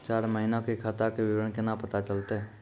चार महिना के खाता के विवरण केना पता चलतै?